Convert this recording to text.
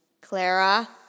Clara